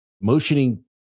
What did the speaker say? motioning